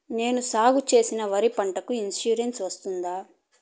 నేను సాగు చేసిన వరి పంటకు ఇన్సూరెన్సు వస్తుందా?